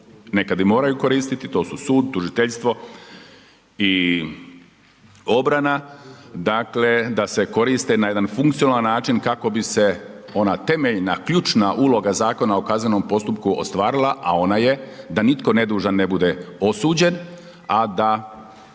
nekad i moraju koristiti, to su sud, tužiteljstvo i obrana, dakle da se koriste na jedan funkcionalan način kako bi se ona temeljna, ključna uloga Zakona o kaznenom postupku ostvarila, a ona je da nitko nedužan ne bude osuđen, a da